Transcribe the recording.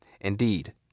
Indeed